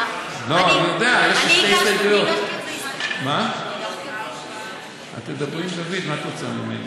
אז תדברי עם דוד, מה את רוצה ממני?